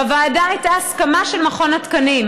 בוועדה הייתה הסכמה של מכון התקנים.